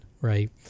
right